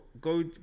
Go